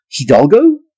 Hidalgo